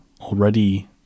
already